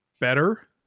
better